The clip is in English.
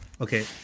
Okay